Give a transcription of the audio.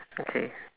okay